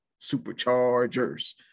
superchargers